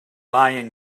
lying